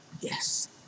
Yes